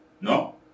No